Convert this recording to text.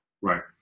Right